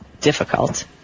difficult